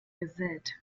gesät